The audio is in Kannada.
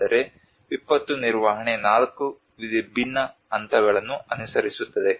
ಆದರೆ ವಿಪತ್ತು ನಿರ್ವಹಣೆ ನಾಲ್ಕು ವಿಭಿನ್ನ ಹಂತಗಳನ್ನು ಅನುಸರಿಸುತ್ತದೆ